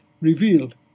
revealed